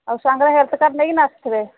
ଆଉ ସାଙ୍ଗରେ health card ନେଇକି ନା ଆସିଥିବେ